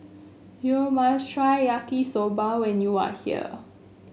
you must try Yaki Soba when you are here